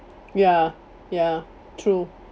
ya ya true